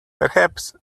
perhaps